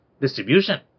distribution